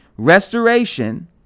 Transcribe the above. Restoration